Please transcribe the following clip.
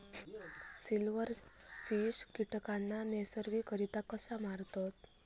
Silverfish कीटकांना नैसर्गिकरित्या कसा मारतत?